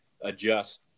adjust